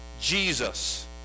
Jesus